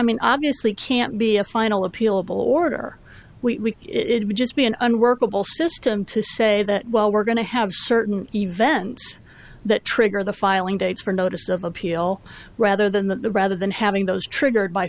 mean obviously can't be a final appealable order we it would just be an unworkable system to say that well we're going to have certain events that trigger the filing dates for a notice of appeal rather than the rather than having those triggered by